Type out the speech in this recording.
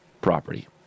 property